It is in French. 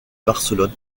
barcelone